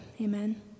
Amen